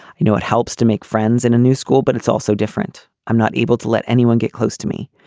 you know it helps to make friends in a new school but it's also different. i'm not able to let anyone get close to me.